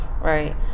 right